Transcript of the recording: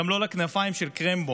גם לא ל"כנפיים של קרמבו".